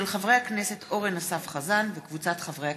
של חבר הכנסת אורן אסף חזן וקבוצת חברי הכנסת.